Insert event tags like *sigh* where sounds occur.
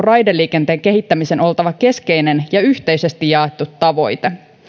*unintelligible* raideliikenteen kehittämisen on oltava keskeinen ja yhteisesti jaettu tavoite